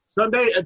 Sunday